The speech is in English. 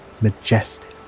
majestic